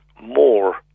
more